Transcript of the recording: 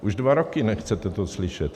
Už dva roky nechcete to slyšet.